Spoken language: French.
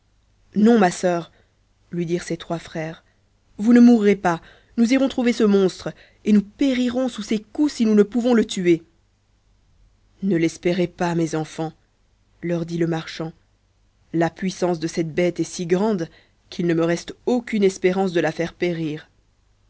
non ma sœur lui dirent ses trois frères vous ne mourrez pas nous irons trouver ce monstre et nous périrons sous ses coups si nous ne pouvons le tuer ne l'espérez pas mes enfans leur dit le marchand la puissance de cette bête est si grande qu'il ne me reste aucune espérance de la faire périr